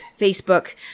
Facebook